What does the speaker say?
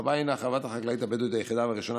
החווה היא החווה החקלאית הבדואית היחידה והראשונה,